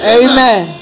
amen